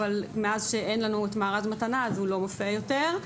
אבל מאז שאין לנו את מארז מתנה הוא לא מופיע יותר.